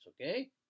okay